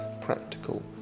practical